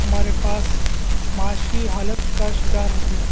ہمارے پاس معاشی حالت کا شکار ہوتے ہیں